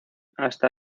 hasta